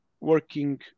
working